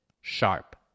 sharp